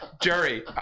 Jerry